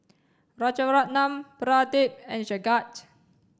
Rrajaratnam Pradip and Jagat